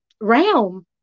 realm